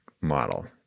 model